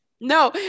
No